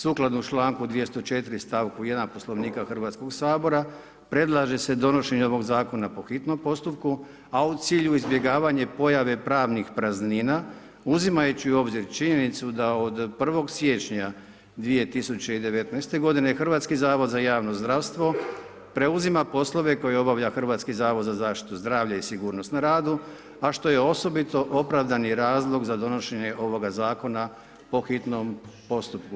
Sukladno članku 204., stavku 1., Poslovnika Hrvatskog sabora predlaže se donošenje ovog Zakona po hitnom postupku, a u cilju izbjegavanje pojave pravnih praznina, uzimajući u obzir činjenicu da od 01. siječnja 2019. godine, Hrvatski zavod za javno zdravstvo, preuzima poslove koje obavlja Hrvatski zavod za zaštitu zdravlja i sigurnost na radu, a što je osobito opravdani razlog za donošenje ovoga Zakona po hitnom postupku.